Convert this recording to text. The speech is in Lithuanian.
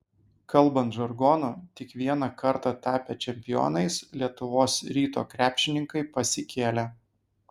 kalbant žargonu tik vieną kartą tapę čempionais lietuvos ryto krepšininkai pasikėlė